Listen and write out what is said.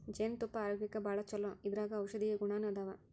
ಜೇನತುಪ್ಪಾ ಆರೋಗ್ಯಕ್ಕ ಭಾಳ ಚುಲೊ ಇದರಾಗ ಔಷದೇಯ ಗುಣಾನು ಅದಾವ